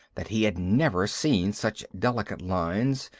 that he had never seen such delicate lines,